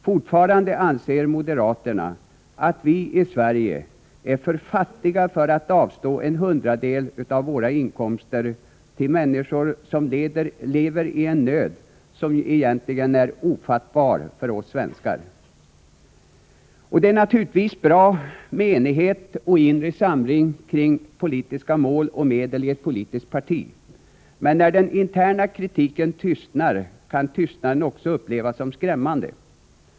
Fortfarande anser moderaterna att vi i Sverige är för fattiga för att avstå en hundradel av våra inkomster till människor som lever i en nöd som egentligen är ofattbar för oss svenskar. Det är naturligtvis bra med enighet och inre samling kring politiska mål och medeli ett politiskt parti, men när den interna kritiken tystnar kan tystnaden också upplevas som skrämmande.